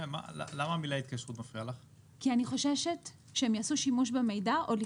זה הסעיף של השימוע,